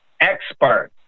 expert